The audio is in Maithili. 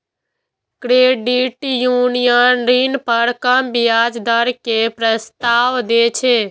क्रेडिट यूनियन ऋण पर कम ब्याज दर के प्रस्ताव दै छै